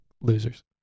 losers